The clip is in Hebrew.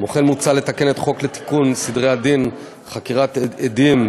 כמו כן מוצע לתקן את חוק לתיקון סדרי הדין (חקירת עדים),